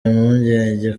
impungenge